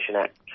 Act